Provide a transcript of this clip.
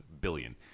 Billion